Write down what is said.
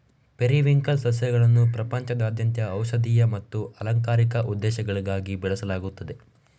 periwinkle ಸಸ್ಯಗಳನ್ನು ಪ್ರಪಂಚದಾದ್ಯಂತ ಔಷಧೀಯ ಮತ್ತು ಅಲಂಕಾರಿಕ ಉದ್ದೇಶಗಳಿಗಾಗಿ ಬೆಳೆಸಲಾಗುತ್ತದೆ